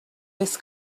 this